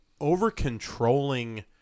over-controlling